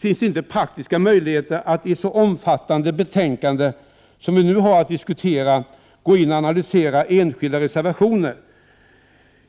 Det är inte praktiskt möjligt att i ett så omfattande betänkande som det vi nu har att diskutera analysera enskilda reservationer,